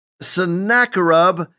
Sennacherib